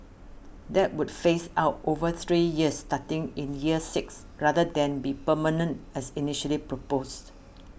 that would phase out over three years starting in year six rather than be permanent as initially proposed